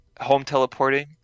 home-teleporting